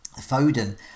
Foden